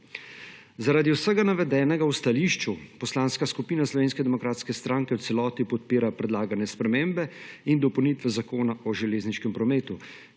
Zaradi vsega navedena v stališču Poslanska skupina Slovenske demokratske stranke v celoti podpira predlagane spremembe in dopolnitve Zakona o železniškem prometu,